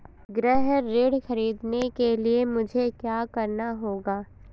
गृह ऋण ख़रीदने के लिए मुझे क्या करना होगा?